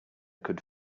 could